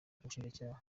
ubushinjacyaha